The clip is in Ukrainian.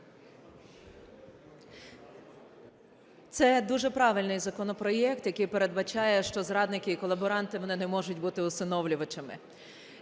Це дуже правильний законопроект, який передбачає, що зрадники і колаборанти, вони не можуть бути усиновлювачами.